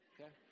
okay